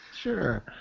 Sure